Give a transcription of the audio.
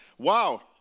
Wow